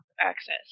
access